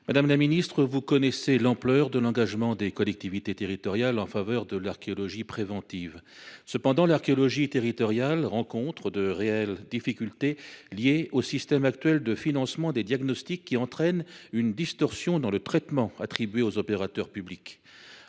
de la culture. Chacun connaît l’ampleur de l’engagement des collectivités territoriales en faveur de l’archéologie préventive. Cependant, l’archéologie territoriale rencontre de réelles difficultés liées au système actuel de financement des diagnostics, qui entraîne une distorsion dans la manière dont sont traités les opérateurs publics.